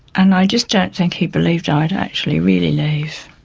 and i just don't think he believed i'd actually really leave.